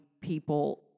people